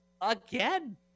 again